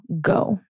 go